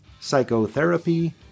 Psychotherapy